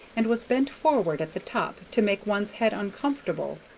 and was bent forward at the top to make one's head uncomfortable.